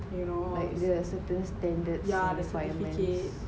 like the S_O_P standard